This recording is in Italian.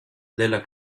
della